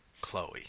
Chloe